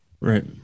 Right